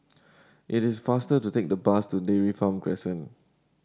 it is faster to take the bus to Dairy Farm Crescent